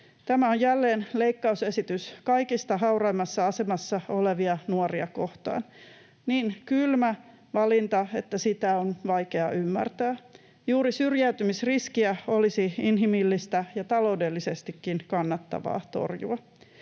Tämä on jälleen leikkausesitys kaikista hauraimmassa asemassa olevia nuoria kohtaan — niin kylmä valinta, että sitä on vaikea ymmärtää. Juuri syrjäytymisriskiä olisi inhimillistä ja taloudellisestikin kannattavaa torjua.